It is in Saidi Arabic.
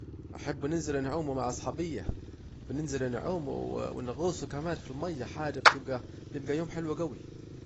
احب ننزلوا نعوموا مع صحابيا، بننزلوا نعوموا ونغوصوا كمان في المياه حاجة بتبجى بيبجى يوم حلو جوي